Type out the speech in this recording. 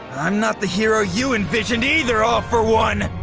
i'm not the hero you envisioned either, all for one.